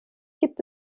gibt